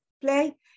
play